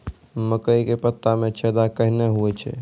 मकई के पत्ता मे छेदा कहना हु छ?